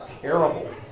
terrible